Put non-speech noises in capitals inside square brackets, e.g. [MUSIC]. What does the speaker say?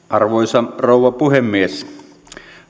[UNINTELLIGIBLE] arvoisa rouva puhemies